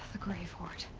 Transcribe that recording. the grave-hoard.